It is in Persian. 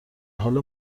حال